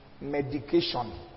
medication